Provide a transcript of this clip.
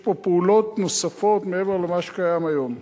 יש פה פעולות נוספות מעבר למה שקיים היום.